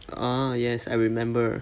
ah yes I remember